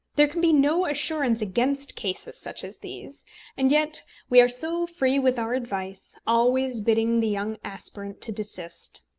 there can be no assurance against cases such as these and yet we are so free with our advice, always bidding the young aspirant to desist.